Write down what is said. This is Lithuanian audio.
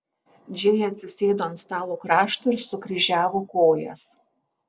džėja atsisėdo ant stalo krašto ir sukryžiavo kojas